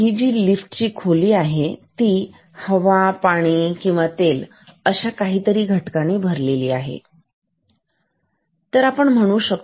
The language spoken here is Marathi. ही पूर्ण लिफ्ट ची खोली भरलेले आहे हवा किंवा पाणी किंवा तेल या सारख्या किंवा अशाच इतर काही घटकांनी